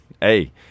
hey